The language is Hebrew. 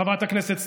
חברת הכנסת סטרוק,